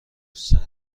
سریع